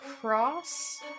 cross